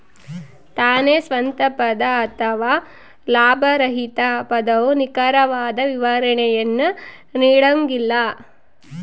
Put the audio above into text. ತಾನೇ ಸ್ವಂತ ಪದ ಅಥವಾ ಲಾಭರಹಿತ ಪದವು ನಿಖರವಾದ ವಿವರಣೆಯನ್ನು ನೀಡಂಗಿಲ್ಲ